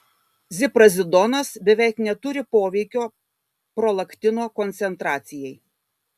ziprazidonas beveik neturi poveikio prolaktino koncentracijai